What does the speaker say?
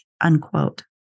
unquote